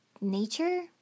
Nature